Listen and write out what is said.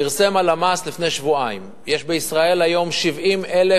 פרסמה הלמ"ס לפני שבועיים: יש בישראל היום 70,000